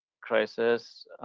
crisis